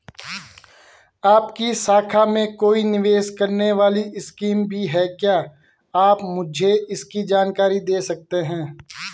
आपकी शाखा में कोई निवेश करने वाली स्कीम भी है क्या आप मुझे इसकी जानकारी दें सकते हैं?